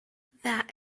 that